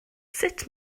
sut